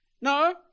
No